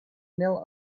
mill